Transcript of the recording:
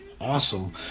Awesome